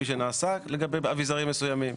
כפי שנעשה לגבי אביזרים מסוימים.